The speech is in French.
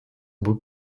beau